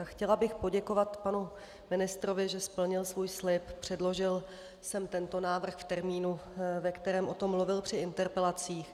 Chtěla bych poděkovat panu ministrovi, že splnil svůj slib, předložil sem tento návrh v termínu, ve kterém o tom mluvil při interpelacích.